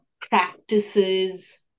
practices